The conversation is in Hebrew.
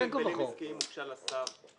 עמדה של הגבלים עסקיים הוגשה לשר,